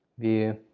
view.